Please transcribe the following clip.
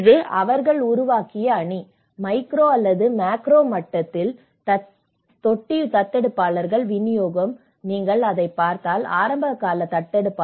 இது அவர்கள் உருவாக்கிய அணி மேக்ரோ அல்லது மைக்ரோ மட்டத்தில் தொட்டி தத்தெடுப்பாளர்கள் விநியோகம் நீங்கள் அதைப் பார்த்தால் ஆரம்பகால தத்தெடுப்பாளர்கள் 7